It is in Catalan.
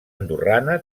andorrana